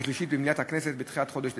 ושלישית במליאת הכנסת בתחילת חודש דצמבר,